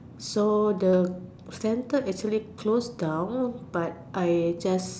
so the centre actually closed down but I just